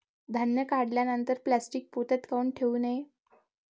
धान्य काढल्यानंतर प्लॅस्टीक पोत्यात काऊन ठेवू नये?